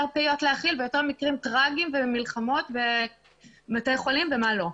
פיות להאכיל ויותר מקרים טרגיים ומלחמות ובתי חולים ומה לא.